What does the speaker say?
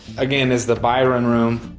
again, is the byron room.